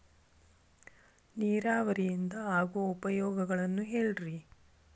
ನೇರಾವರಿಯಿಂದ ಆಗೋ ಉಪಯೋಗಗಳನ್ನು ಹೇಳ್ರಿ